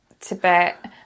Tibet